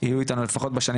יהיו איתנו לפחות בשנים